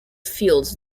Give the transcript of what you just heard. fields